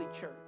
church